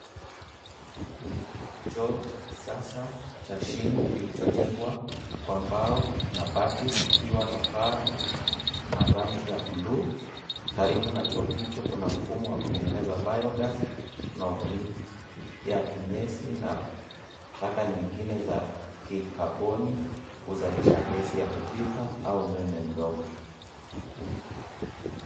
Choo cha kisasa cha shimo, kilichojenjwa kwa mbao na bati kikiwa na paa ya rangi ya buluu. Karibu na choo hicho kuna mfumo wa kutengeneza bio gas , unayotumia kinyesi au taka nyingine za kikaboni kuzalisha gesi ya kupika au umeme mdogo.